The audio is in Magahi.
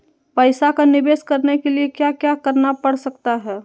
पैसा का निवेस करने के लिए क्या क्या करना पड़ सकता है?